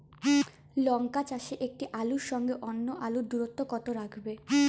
লঙ্কা চাষে একটি আলুর সঙ্গে অন্য আলুর দূরত্ব কত রাখবো?